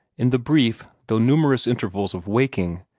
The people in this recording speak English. in the brief though numerous intervals of waking,